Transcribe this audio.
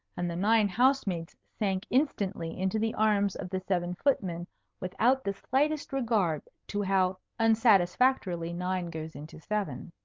and the nine house-maids sank instantly into the arms of the seven footmen without the slightest regard to how unsatisfactorily nine goes into seven.